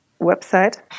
website